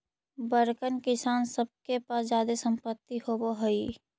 बड़कन किसान सब के पास जादे सम्पत्ति होवऽ हई